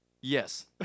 Yes